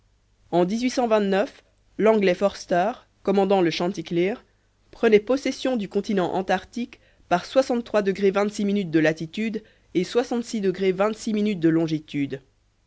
en l'anglais forster commandant le chanticleer prenait possession du continent antarctique par de latitude et de longitude